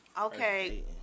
Okay